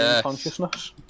consciousness